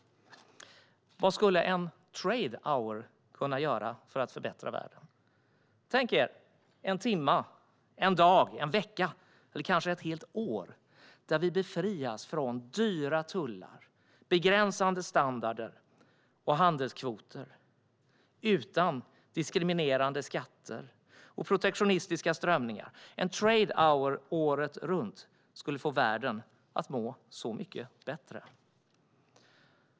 Vad skulle en trade hour kunna göra för att förbättra världen? Tänk er en timme, en dag, en vecka eller kanske ett helt år, där vi befrias från dyra tullar, begränsande standarder och handelskvoter, utan diskriminerande skatter och protektionistiska strömningar! En trade hour året runt skulle få världen att må så mycket bättre.